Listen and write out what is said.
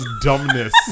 dumbness